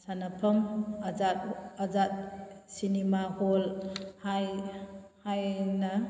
ꯁꯥꯟꯅꯐꯝ ꯑꯖꯥꯠ cinema hall ꯍꯥꯏꯅ